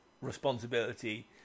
responsibility